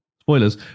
spoilers